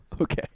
Okay